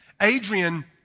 Adrian